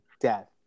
death